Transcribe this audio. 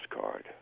card